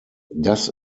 das